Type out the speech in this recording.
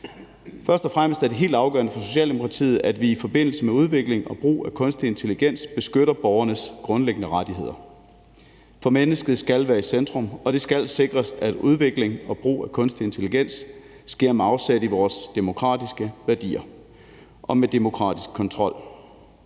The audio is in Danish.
Først og fremmest er det helt afgørende for Socialdemokratiet, at vi i forbindelse med udvikling og brug af kunstig intelligens beskytter borgernes grundlæggende rettigheder, for mennesket skal være i centrum, og det skal sikres, at udvikling og brug af kunstig intelligens sker med afsæt i vores demokratiske værdier og med demokratisk kontrol.